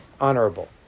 honorable